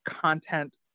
content